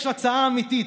יש הצעה אמיתית,